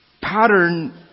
pattern